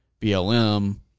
BLM